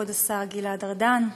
כבוד השר גלעד ארדן,